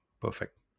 Perfect